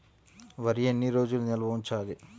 వరి ఎన్ని రోజులు నిల్వ ఉంచాలి?